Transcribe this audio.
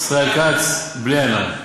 ישראל כץ, בלי עין הרע.